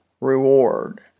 reward